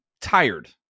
tired